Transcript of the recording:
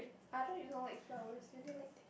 I thought you don't like flowers you only like dande~